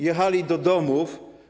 Jechali do domów.